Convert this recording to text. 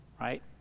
right